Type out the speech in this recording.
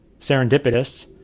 serendipitous